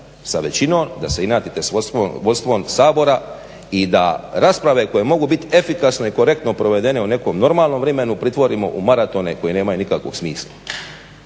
sa većinom, da se inatite sa vodstvom Sabora i da rasprave koje mogu biti efikasno i korektno provedene u nekom normalnom vrimenu pritvorimo u maratone koji nemaju nikakvog smisla.